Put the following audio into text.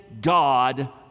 God